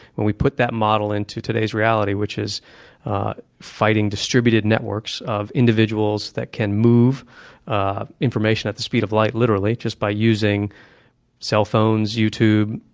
and we put that model into today's reality, which is fighting distributed networks of individuals that can move information at the speed of light, literally, just by using cellphones, youtube,